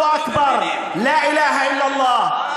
ומכל אלה אני אומר,